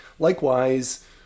Likewise